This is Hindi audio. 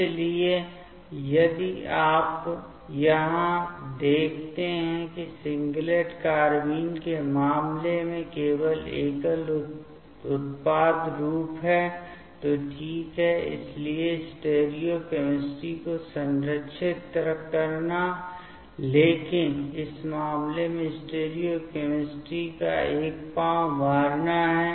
इसलिए यदि आप यहां देखते हैं कि सिंगलेट कार्बाइन के मामले में केवल एकल उत्पाद रूप है तो ठीक है इसलिए स्टीरियोकैमिस्ट्री को संरक्षित करना लेकिन इस मामले में स्टीरियोकैमिस्ट्री का एक पांव मारना है